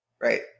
right